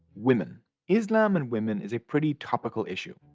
women islam and women is a pretty topical issue.